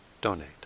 donate